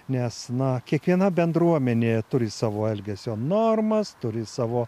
nes na kiekviena bendruomenė turi savo elgesio normas turi savo